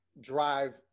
drive